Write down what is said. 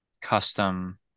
custom